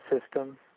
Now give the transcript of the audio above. system